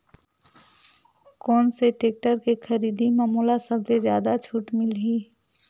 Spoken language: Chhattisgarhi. कोन से टेक्टर के खरीदी म मोला सबले जादा छुट मिलही?